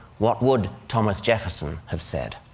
what would thomas jefferson have said?